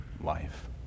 life